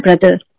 brother